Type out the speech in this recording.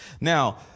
Now